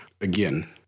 Again